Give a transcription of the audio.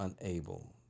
unable